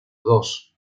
dos